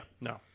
no